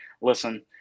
listen